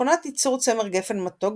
מכונת ייצור צמר גפן מתוק,